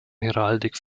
heraldik